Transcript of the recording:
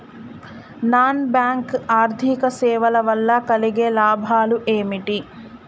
Non bank ఆర్థిక సేవల వల్ల కలిగే లాభాలు ఏమిటి?